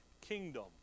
kingdom